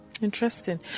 Interesting